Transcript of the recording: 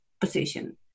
position